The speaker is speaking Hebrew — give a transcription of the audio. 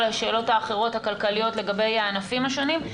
השאלות הכלכליות האחרות לגבי הענפים השונים.